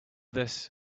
this